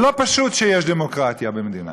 זה לא פשוט שיש דמוקרטיה במדינה.